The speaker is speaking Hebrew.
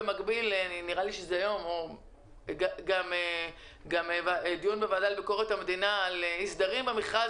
במקביל יש היום גם דיון בוועדה לביקורת המדינה על אי-סדרים במכרז,